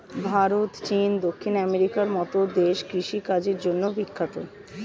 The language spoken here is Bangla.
ভারত, চীন, দক্ষিণ আমেরিকার মতো দেশ কৃষি কাজের জন্যে বিখ্যাত